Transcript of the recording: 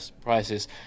prices